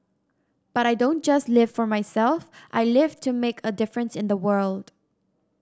but I don't just live for myself I live to make a difference in the world